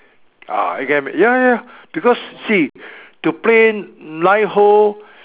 ah you get what I mean ya ya because see to play nine hole